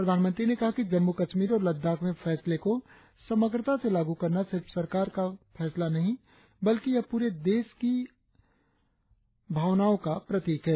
प्रधानमंत्री ने कहा जम्मू कश्मीर और लद्दाख में फैसले को समग्रता से लागू करना सिर्फ सरकार का फैसला नहीं है बल्कि यह प्ररे देश की हम भावनाओं का प्रतिक है